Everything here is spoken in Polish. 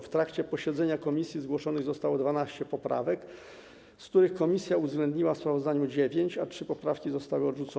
W trakcie posiedzenia komisji zgłoszonych zostało 12 poprawek, z których komisja uwzględniła w sprawozdaniu 9, a 3 poprawki zostały odrzucone.